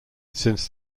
since